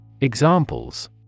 Examples